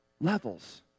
levels